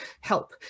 help